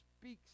speaks